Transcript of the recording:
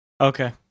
Okay